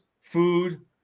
food